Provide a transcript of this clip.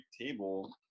table